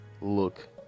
look